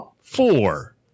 four